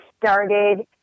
started